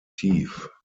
tief